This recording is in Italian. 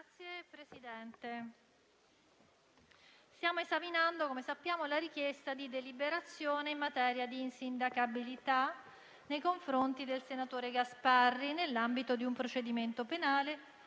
Signor Presidente, stiamo esaminando la richiesta di deliberazione in materia di insindacabilità nei confronti del senatore Gasparri, nell'ambito di un procedimento penale